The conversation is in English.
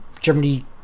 Germany